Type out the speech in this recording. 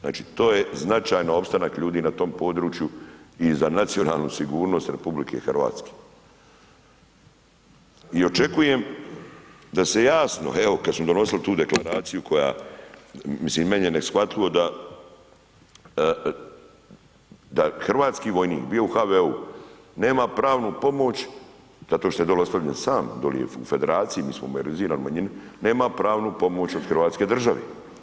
Znači, to je značajan opstanak ljudi na tom području i za nacionalnu sigurnost RH i očekujem da se jasno, evo kad smo donosili tu deklaraciju koja, mislim meni je neshvatljivo da hrvatski vojnik bio u HV-u, nema pravu pomoć zato što je dolje ostavljen sam, doli je u federaciji, mi smo … [[Govornik se ne razumije]] u manjini, nema pravnu pomoć od hrvatske države.